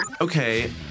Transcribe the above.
okay